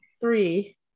three